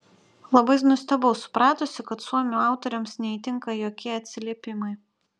labai nustebau supratusi kad suomių autoriams neįtinka jokie atsiliepimai